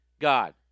God